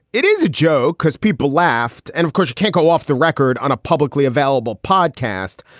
it is a joke because people laughed. and of course, you can't go off the record on a publicly available podcast.